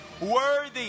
Worthy